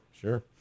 sure